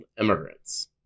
immigrants